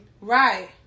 Right